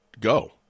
go